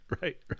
right